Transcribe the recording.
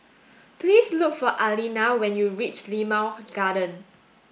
please look for Allena when you reach Limau Garden